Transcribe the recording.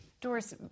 Doris